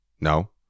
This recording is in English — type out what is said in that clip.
No